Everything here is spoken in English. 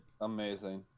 Amazing